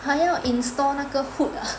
还要 install 那个 hook ah